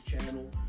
channel